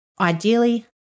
Ideally